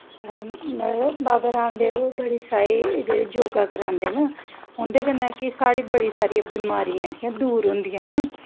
मतबव बाबा राम देव होर बड़े सारे योगा करांदे न उं'दे कन्नै कि साढ़ा बड़ी सारियां बमारियां दूर होंदियां न